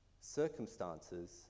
circumstances